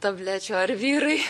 tablečių ar vyrai